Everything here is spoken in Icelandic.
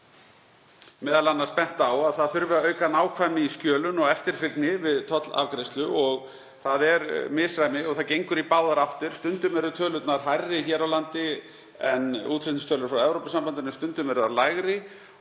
er m.a. bent á að auka þurfi nákvæmni í skjölun og eftirfylgni við tollafgreiðslu. Þar er misræmi og það gengur í báðar áttir. Stundum eru tölurnar hærri hér á landi en útflutningstölur frá Evrópusambandinu, stundum eru þær lægri.